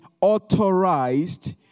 authorized